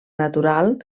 natural